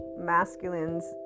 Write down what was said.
masculines